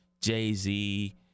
Jay-Z